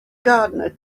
gardener